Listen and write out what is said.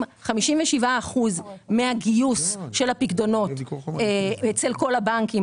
57% מהגיוס של הפיקדונות אצל כל הבנקים